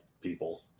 people